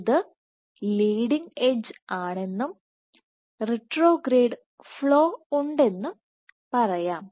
ഇത് leading edge ആണെന്നും retrograde flow ഉണ്ടെന്നും പറയാം